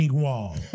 wall